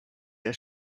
der